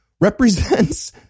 represents